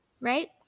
Right